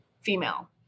female